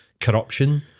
corruption